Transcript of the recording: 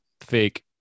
fake